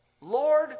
Lord